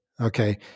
okay